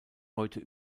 heute